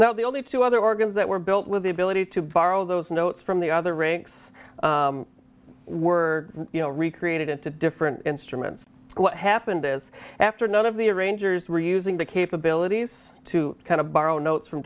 now the only two other organs that were built with the ability to borrow those notes from the other ranks were you know recreated into different instruments what happened is after none of the arrangers were using the capabilities to kind of borrow notes from